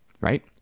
right